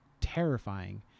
terrifying